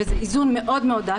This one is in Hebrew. וזה איזון מאוד מאוד דק,